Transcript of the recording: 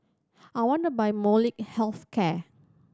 I want to buy Molnylcke Health Care